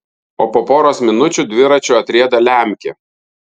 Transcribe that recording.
o po poros minučių dviračiu atrieda lemkė